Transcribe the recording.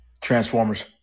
Transformers